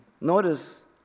Notice